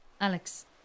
Alex